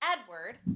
Edward